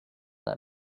let